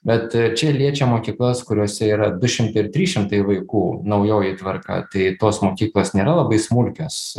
bet čia liečia mokyklas kuriose yra du šimtai ir trys šimtai vaikų naujoji tvarka tai tos mokyklos nėra labai smulkios